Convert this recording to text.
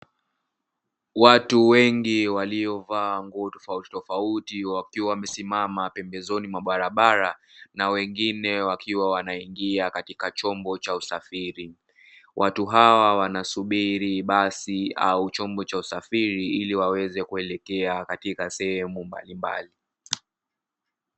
Watu wengi waliovaa nguo za tofauti tofauti wakiwa wamesimama pembeni mwa barabara, na wengine wakiwa wanaingia katika chombo cha usafiri watu hawa wanasubiri basi au chombo cha usafiri waweze kuelekea katika sehemu mbalimbali.